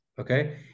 okay